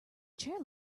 chair